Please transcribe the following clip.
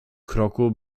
kroku